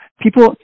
people